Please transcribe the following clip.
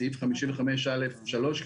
סעיף 55א3,